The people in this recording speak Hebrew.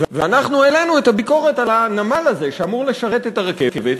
ואנחנו העלינו את הביקורת על הנמל הזה שאמור לשרת את הרכבת,